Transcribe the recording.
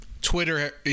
Twitter